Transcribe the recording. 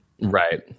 Right